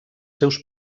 seus